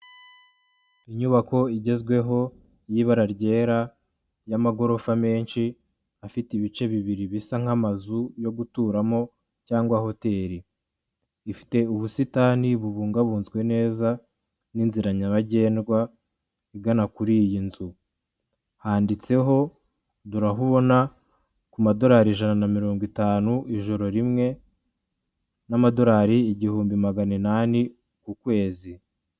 Inyubako igezweho y'ibara ryera y'amagorofa menshi afite ibice bibiri bisa nk'amazu yo guturamo cyangwa hoteri, ifite ubusitani bubungabunzwe neza n'inzira nyabagendwa igana kuri iyi nzu, handitseho dore aho ubona ku madorari ijana na mirongo itanu ijoro rimwe n'amadolari igihumbi maganinani ku kwezi.